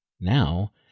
now